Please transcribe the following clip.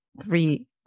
three